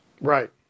right